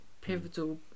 pivotal